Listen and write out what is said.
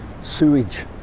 sewage